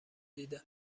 دیدن